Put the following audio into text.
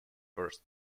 first